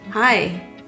Hi